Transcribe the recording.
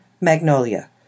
Magnolia